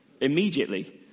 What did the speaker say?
immediately